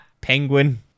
penguin